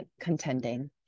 contending